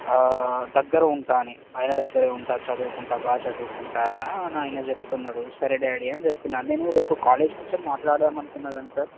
దగ్గర ఉంట అని ఆయన దగ్గర ఉంట చదువుకుంటాను బాగా చదువుకుంటాను అని ఆయన చెప్తున్నాడు సరే డాడీ అని చెప్పిన నేను రేపు కాలేజీకి వచ్చి మాట్లాడదాం అనుకున్నాను కానీ సార్